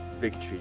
victory